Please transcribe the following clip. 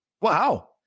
Wow